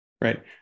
right